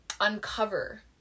uncover